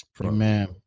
Amen